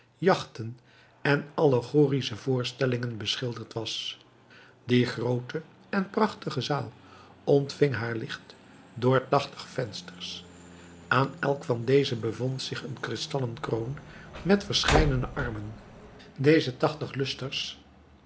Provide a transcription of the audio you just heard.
jagten en allegorische voorstellingen beschilderd was die groote en prachtige zaal ontving haar licht door tachtig vensters aan elk van deze bevond zich een kristallen kroon met verscheidene armen deze